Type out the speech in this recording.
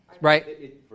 Right